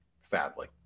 Sadly